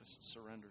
surrender